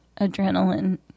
adrenaline